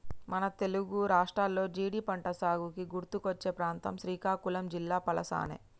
మన తెలుగు రాష్ట్రాల్లో జీడి పంటసాగుకి గుర్తుకొచ్చే ప్రాంతం శ్రీకాకుళం జిల్లా పలాసనే